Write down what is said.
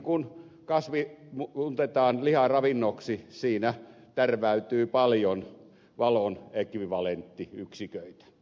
kun kasvi muutetaan liharavinnoksi siinä tärväytyy paljon valon ekvivalenttiyksiköitä